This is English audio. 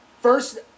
first